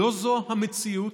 לא זו המציאות